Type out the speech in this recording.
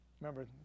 Remember